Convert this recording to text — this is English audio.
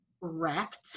wrecked